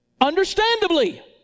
understandably